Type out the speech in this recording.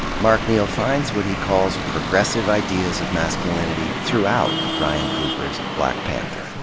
mark neal finds what he calls progressive ideas of masculinity throughout ryan coogler's black panther.